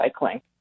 recycling